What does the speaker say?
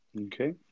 Okay